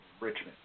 Richmond